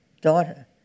daughter